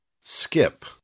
Skip